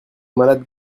malade